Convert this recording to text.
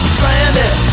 Stranded